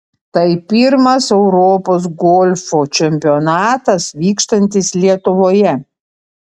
tai pirmas europos golfo čempionatas vykstantis lietuvoje